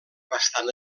bastant